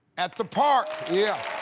at the park. yeah.